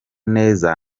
neza